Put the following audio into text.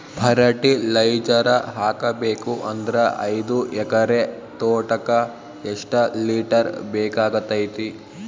Fertiliser ಹಾಕಬೇಕು ಅಂದ್ರ ಐದು ಎಕರೆ ತೋಟಕ ಎಷ್ಟ ಲೀಟರ್ ಬೇಕಾಗತೈತಿ?